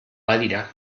badira